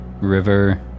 River